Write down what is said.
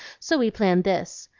so we planned this.